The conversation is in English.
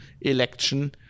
election